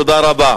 תודה רבה.